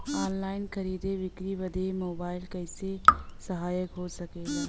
Online खरीद बिक्री बदे मोबाइल कइसे सहायक हो सकेला?